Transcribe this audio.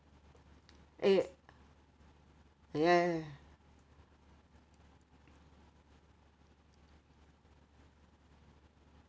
eh ya